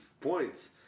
points